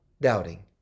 doubting